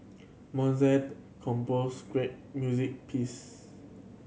Mozart composed great music piece